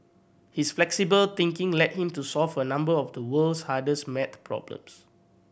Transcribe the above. his flexible thinking led him to solve a number of the world's hardest math problems